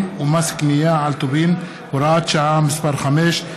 ומס קנייה על טובין (הוראת שעה מס' 5),